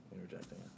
interjecting